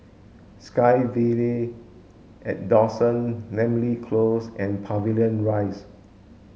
SkyVille at Dawson Namly Close and Pavilion Rise